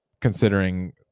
considering